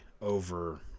over